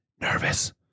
nervous